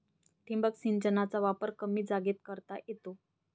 ठिबक सिंचनाचा वापर कमी जागेत करता येतो